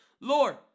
Lord